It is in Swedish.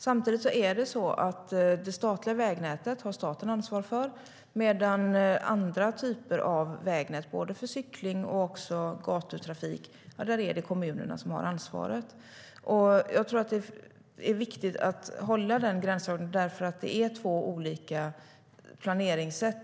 Samtidigt är det så att det statliga vägnätet har staten ansvar för, medan det är kommunen som har ansvar för andra typer av vägnät för både cykling och gatutrafik. Jag tror att det är viktigt att hålla på den gränsdragningen, därför att det är två olika planeringssätt.